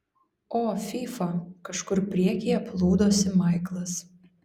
o fyfa kažkur priekyje plūdosi maiklas